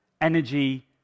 energy